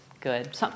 good